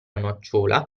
nocciola